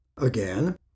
Again